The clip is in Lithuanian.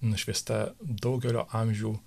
nušviesta daugelio amžių